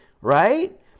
right